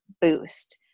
boost